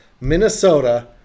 Minnesota